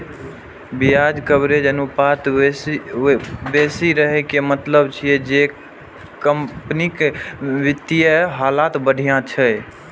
ब्याज कवरेज अनुपात बेसी रहै के मतलब छै जे कंपनीक वित्तीय हालत बढ़िया छै